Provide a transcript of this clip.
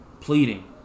pleading